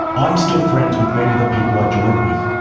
i'm still friends with many of the people i joined with,